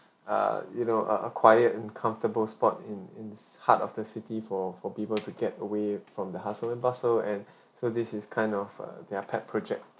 err you know uh a quiet and comfortable spot in in heart of the city for for people to get away from the hustle and bustle and so this is kind of a their pet project